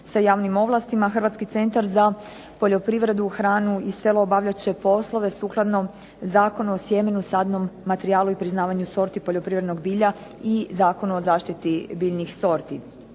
s javnim ovlastima .../Govornik se ne razumije./... poljoprivredu hranu i selo obavljat će poslove sukladno Zakonu o sjemenu, sadnom materijalu i priznavanju sorti poljoprivrednog bilja i Zakon o zaštiti biljnih sorti.